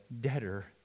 debtor